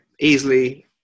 easily